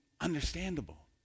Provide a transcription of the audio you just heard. understandable